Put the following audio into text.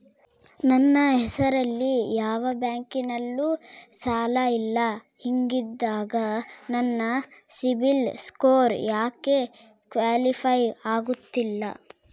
ನನ್ನ ಹೆಸರಲ್ಲಿ ಯಾವ ಬ್ಯಾಂಕಿನಲ್ಲೂ ಸಾಲ ಇಲ್ಲ ಹಿಂಗಿದ್ದಾಗ ನನ್ನ ಸಿಬಿಲ್ ಸ್ಕೋರ್ ಯಾಕೆ ಕ್ವಾಲಿಫೈ ಆಗುತ್ತಿಲ್ಲ?